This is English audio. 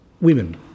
women